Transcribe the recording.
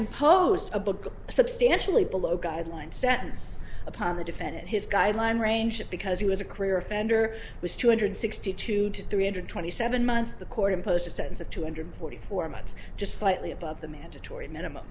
imposed a book substantially below guidelines sentence upon the defendant his guideline range because he was a career offender was two hundred sixty two to three hundred twenty seven months the court imposed a sense of two hundred forty four months just slightly above the mandatory minimum